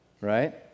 right